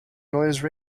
noise